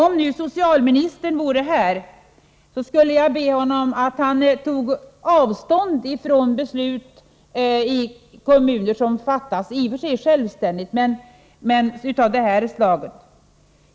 Om nu socialministern vore här, skulle jag be honom att ta avstånd från beslut av detta slag som fattas i kommuner — i och för sig självständigt.